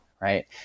Right